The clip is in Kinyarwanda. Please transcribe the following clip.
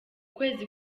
kwezi